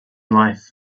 life